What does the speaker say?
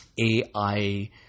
AI